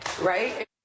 right